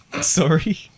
Sorry